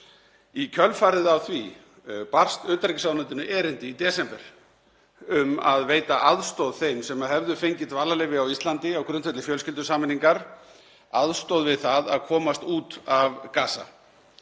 Í kjölfarið á því barst utanríkisráðuneytinu erindi í desember um að veita aðstoð þeim sem hefðu fengið dvalarleyfi á Íslandi á grundvelli fjölskyldusameiningar, við að komast út af Gaza.